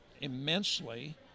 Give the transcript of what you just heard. immensely